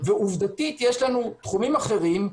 ועובדתית יש לנו תחומים אחרונים,